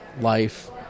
life